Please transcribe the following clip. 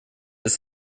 ist